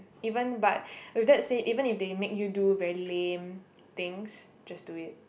even but with that said even if they make you do very lame things just do it